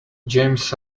james